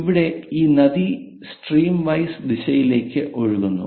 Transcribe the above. ഇവിടെ ഈ നദി സ്ട്രീംവൈസ് ദിശയിലേക്ക് ഒഴുകുന്നു